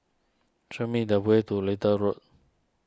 show me the way to Little Road